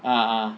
ah ah